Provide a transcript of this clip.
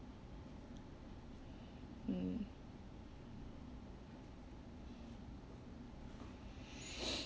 mm